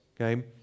okay